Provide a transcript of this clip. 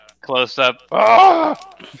close-up